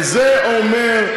וזה אומר,